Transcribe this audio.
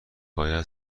باید